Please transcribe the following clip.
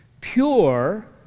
pure